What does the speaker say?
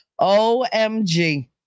Omg